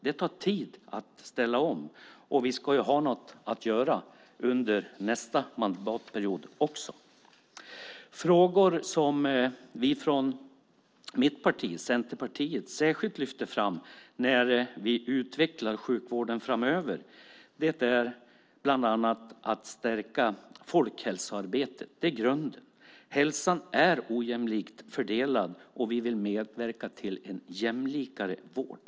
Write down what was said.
Det tar tid att ställa om, och vi ska ju ha något att göra nästa mandatperiod också. Frågor som Centerpartiet särskilt lyfter fram när vi utvecklar sjukvården framöver är bland annat följande. Grunden är att stärka folkhälsoarbetet. Hälsan är ojämlikt fördelad, och vi vill medverka till en jämlikare vård.